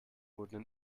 wurden